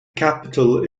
capital